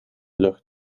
lucht